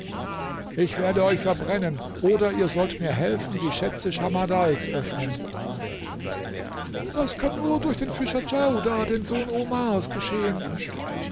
ich werde euch verbrennen oder ihr sollt mir helfen die schätze schamardals öffnen das kann nur durch den fischer djaudar den sohn omars geschehen